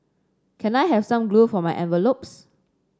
can I have some glue for my envelopes